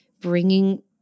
bringing